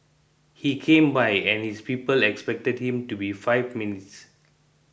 he came by and his people expected him to be five minutes